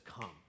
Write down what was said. come